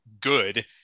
good